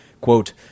Quote